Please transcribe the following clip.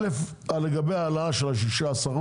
א' לגבי ההעלאה של ה-16%,